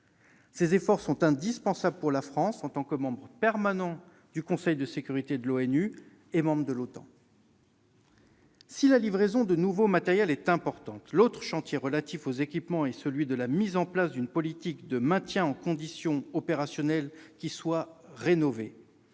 Ces efforts sont indispensables pour la France, en tant que membre permanent du Conseil de sécurité de l'ONU et membre de l'OTAN. Si la livraison de nouveaux matériels est importante, l'autre chantier relatif aux équipements est celui de la mise en place d'une politique de maintien en condition opérationnelle (MCO) rénovée,